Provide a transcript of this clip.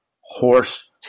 horse